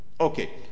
Okay